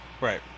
Right